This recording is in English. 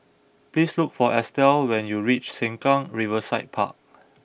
please look for Estel when you reach Sengkang Riverside Park